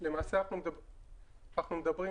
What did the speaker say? אנחנו מדברים